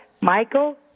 Michael